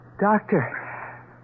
Doctor